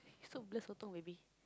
so blur sotong maybe